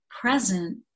present